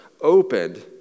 opened